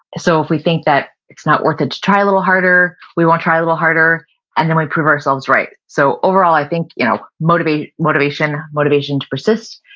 so if we think it's not worth it to try a little harder, we won't try a little harder and then we prove ourselves right. so overall i think you know motivation, motivation motivation to persist,